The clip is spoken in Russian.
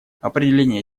определение